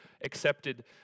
accepted